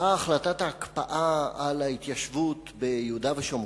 באה החלטת ההקפאה על ההתיישבות ביהודה ושומרון,